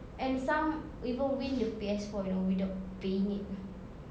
and some even win the P_S four you know without paying it